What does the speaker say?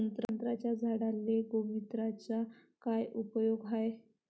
संत्र्याच्या झाडांले गोमूत्राचा काय उपयोग हाये?